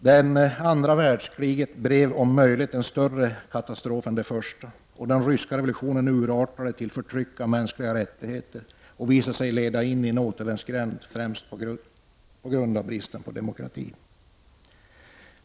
Det andra världskriget blev om möjligt en större katastrof än det första, och den ryska revolutionen urartade till förtryck av mänskliga rättigheter och visade sig leda in i en återvändsgränd, främst på grund av bristen på demokrati.